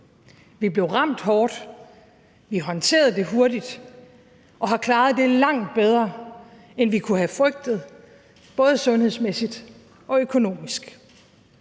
Vi blev ramt hårdt, vi håndterede det hurtigt og har klaret det langt bedre, end vi kunne have frygtet, både sundhedsmæssigt og økonomisk.